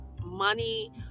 money